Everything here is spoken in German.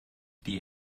die